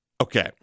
okay